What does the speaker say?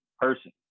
person